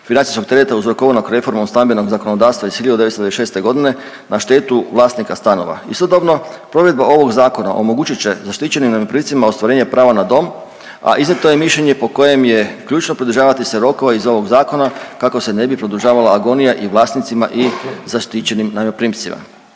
financijskog tereta uzrokovanog reformom o stambenom zakonodavstvu iz 1996.g. na štetu vlasnika stanova. Istodobno provedba ovog zakona omogućit će zaštićenim najmoprimcima ostvarenje prava na dom, a iznijeto je mišljenje po kojem je ključno pridržavati se rokova iz ovog zakona, kako se ne bi produžavala agonija i vlasnicima i zaštićenim najmoprimcima.